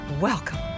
Welcome